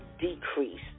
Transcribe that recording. decrease